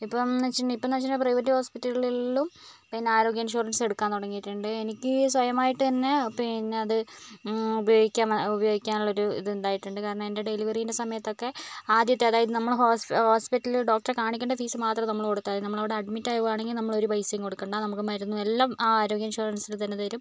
ഇപ്പം എന്ന് വെച്ചിട്ടുണ്ടെങ്കിൽ ഇപ്പം എന്ന് വെച്ചിട്ടുണ്ടെങ്കിൽ പ്രൈവറ്റ് ഹോസ്പ്പിറ്റലുകളിലും പിന്നെ ആരോഗ്യ ഇൻഷുറൻസ് എടുക്കാൻ തുടങ്ങിയിട്ടുണ്ട് എനിക്ക് സ്വയമായിട്ട് തന്നെ പിന്നെ അത് ഉപയോഗിക്ക ഉപയോഗിക്കാൻ ഉള്ള ഒരു ഇത് ഉണ്ടായിട്ടുണ്ട് കാരണം എൻ്റെ ഡെലിവറീൻ്റെ സമയത്ത് ഒക്കെ ആദ്യത്തെ അതായത് നമ്മൾ ഹോസ് ഹോസ്പിറ്റൽ ഡോക്ടറെ കാണിക്കേണ്ട ഫീസ് മാത്രം നമ്മൾ കൊടുത്താൽ മതി നമ്മൾ അവിടെ അഡ്മിറ്റ് ആകുവാണെങ്കിൽ നമ്മൾ ഒരു പൈസയും കൊടുക്കേണ്ട നമുക്ക് മരുന്നും എല്ലാം ആ ആരോഗ്യ ഇൻഷുറൻസിൽ തന്നെ തരും